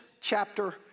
chapter